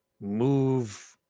move